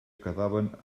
quedaven